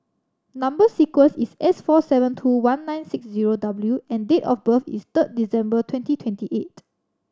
number sequence is S four seven two one nine six zero W and date of birth is third December twenty twenty eight